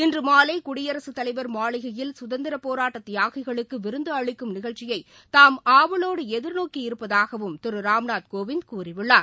இன்றுமாலைகுடியரசுத்தலைவர் மாளிகையில் சுதந்திரபோராட்டதியாகிகளுக்குவிருந்துஅளிக்கும் நிகழ்ச்சியைதாம் ஆவலோடுஎதிர்நோக்கி இருப்பதாகவும் திருராம்நாத் கோவிந்த் கூறியுள்ளார்